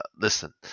Listen